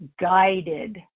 guided